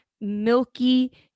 milky